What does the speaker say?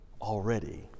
already